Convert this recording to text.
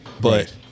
but-